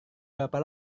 berapa